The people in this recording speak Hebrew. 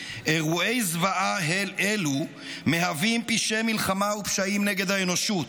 "אירועי זוועה אלו מהווים פשעי מלחמה ופשעים נגד האנושות,